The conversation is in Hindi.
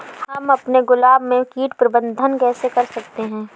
हम अपने गुलाब में कीट प्रबंधन कैसे कर सकते है?